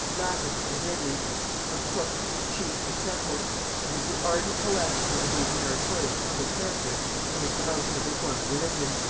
latimer, and ridley of cook, cheke, and cecil and was the ardent coadjutor of these meritorious public characters in the promotion of reformed religion,